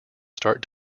start